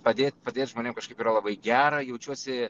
padėt padėt žmonėm kažkaip yra labai gera jaučiuosi